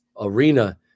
arena